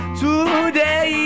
today